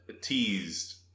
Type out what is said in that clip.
teased